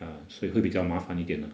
ah 所以会比较麻烦一点 ah